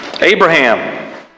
Abraham